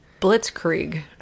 blitzkrieg